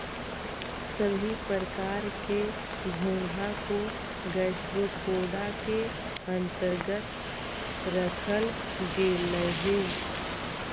सभी प्रकार के घोंघा को गैस्ट्रोपोडा के अन्तर्गत रखल गेलई हे